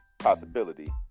Possibility